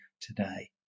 today